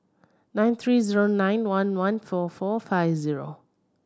nine three zero nine one one four four five zero